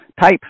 type